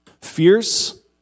fierce